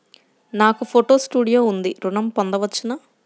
నాకు photo studio ఉంది ఋణం పొంద వచ్చునా?